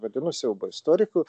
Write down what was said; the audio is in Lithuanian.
vadinu siaubo istoriku